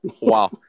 wow